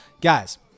Guys